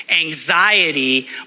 anxiety